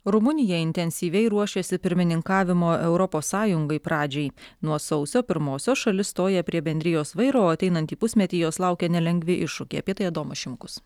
rumunija intensyviai ruošiasi pirmininkavimo europos sąjungai pradžiai nuo sausio pirmosios šalis stoja prie bendrijos vairo o ateinantį pusmetį jos laukia nelengvi iššūkiai apie tai adomas šimkus